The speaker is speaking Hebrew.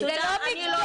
לא, זה לא מקצועי.